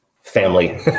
family